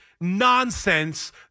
nonsense